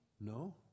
No